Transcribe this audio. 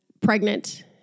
pregnant